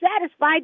satisfied